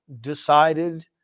decided